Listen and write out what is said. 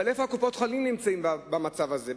אבל איפה קופות-החולים נמצאות בתמונה?